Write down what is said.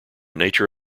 nature